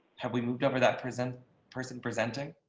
have we moved over that present person presenting